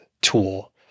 tool